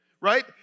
right